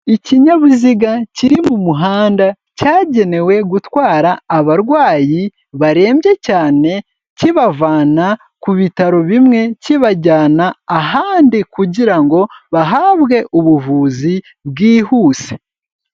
Ikinyabiziga kiri mu muhanda cyagenewe gutwara abarwayi barembye cyane, kibavana ku bitaro bimwe, kibajyana ahandi kugira ngo bahabwe ubuvuzi bwihuse.